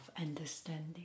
understanding